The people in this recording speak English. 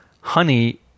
honey